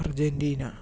Argentina